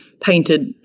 painted